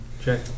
check